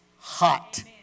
hot